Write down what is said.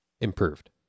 improved